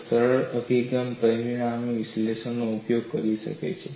એક સરળ અભિગમ પરિમાણીય વિશ્લેષણનો ઉપયોગ કરી શકે છે